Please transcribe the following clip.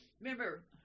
Remember